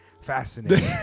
fascinating